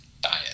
diet